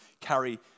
carry